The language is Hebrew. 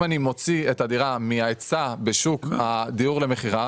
אם אני מוציא את הדירה מההיצע בשוק הדיור למכירה,